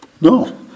No